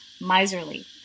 miserly